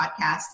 podcast